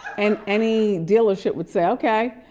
and any dealership would say okay,